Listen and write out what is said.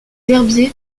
herbiers